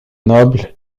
nobles